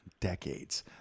decades